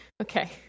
Okay